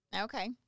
Okay